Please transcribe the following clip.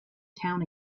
town